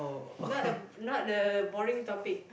not the not the boring topic